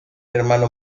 hermano